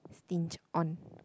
stinge on